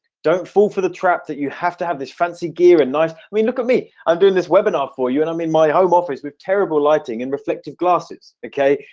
don't fall for the trap that you have to have this fancy gear in nice. i mean look at me i'm doing this webinar for you, and i'm in my home office with terrible lighting and reflective glasses, okay?